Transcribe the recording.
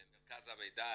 מרכז המידע,